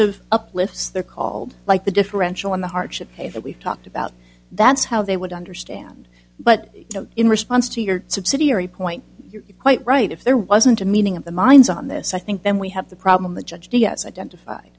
of uplifts they're called like the differential in the hardship pay that we've talked about that's how they would understand but in response to your subsidiary point you're quite right if there wasn't a meeting of the minds on this i think then we have the problem the judge vs identif